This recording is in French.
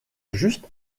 juste